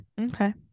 Okay